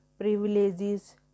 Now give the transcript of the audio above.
privileges